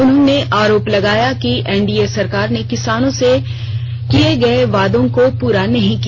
उन्होंने आरोप लगाया कि एनडीए सरकार ने किसानों से किए गए वायदो को पूरा नहीं किया